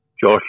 Josh